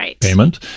payment